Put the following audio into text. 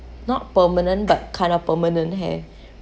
not permanent but kind of permanent hair